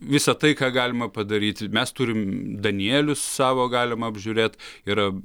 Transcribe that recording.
visa tai ką galima padaryt mes turim danielius savo galima apžiūrėt yra